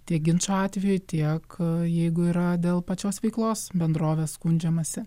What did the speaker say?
tiek ginčo atveju tiek jeigu yra dėl pačios veiklos bendrovės skundžiamasi